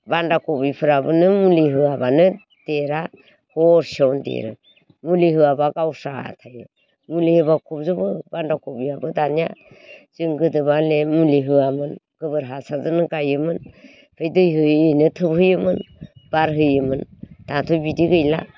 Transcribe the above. बान्दा कपिफ्राबो नों मुलि होयाबानो देरा हरसेयावनो देरो मुलि होयाबा गावस्राबाय थायो मुलि होबा खबजोबो बान्दा कबियाबो दानिया जों गोदोबा हले मुलि होयामोन गोबोर हासाारजोंनो गायोमोन दै होयै होयै थोबहोयोमोन बारहोयोमोन दाथ' बिदि गैला